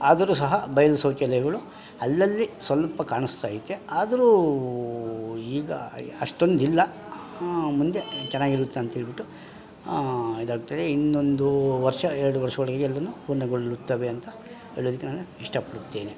ಆದರೂ ಸಹ ಬಯಲು ಶೌಚಾಲಯಗಳು ಅಲ್ಲಲ್ಲಿ ಸ್ವಲ್ಪ ಕಾಣಿಸ್ತಾ ಐತೆ ಆದರೂ ಈಗ ಅಷ್ಟೊಂದು ಇಲ್ಲ ಮುಂದೆ ಚೆನ್ನಾಗಿರುತ್ತೆ ಅಂತ ಹೇಳ್ಬಿಟ್ಟು ಇದಾಗ್ತದೆ ಇನ್ನೊಂದು ವರ್ಷ ಎರಡು ವರ್ಷ ಒಳಗೆ ಎಲ್ಲಾನು ಪೂರ್ಣಗೊಳ್ಳುತ್ತವೆ ಅಂತ ಹೇಳೋದಕ್ಕೆ ನಾನು ಇಷ್ಟ ಪಡುತ್ತೇನೆ